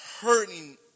hurting